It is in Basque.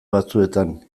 batzuetan